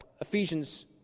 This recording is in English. Ephesians